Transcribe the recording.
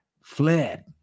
fled